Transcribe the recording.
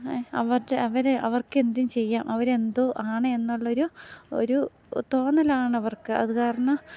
അവർടെ അവര് അവർക്കെന്തും ചെയ്യാം അവരെന്തോ ആണ് എന്നൊള്ളൊരു ഒരു തോന്നലാണ് അവർക്ക് അത് കാരണം